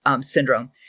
syndrome